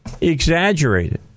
exaggerated